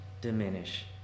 diminish